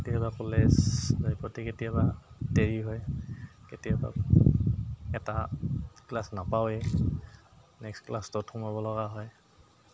কেতিয়াবা কলেজ কেতিয়াবা দেৰি হয় কেতিয়াবা এটা ক্লাছ নাপাওঁৱেই নেক্সট ক্লাছটোত সোমাব লগা হয়